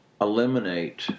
eliminate